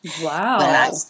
Wow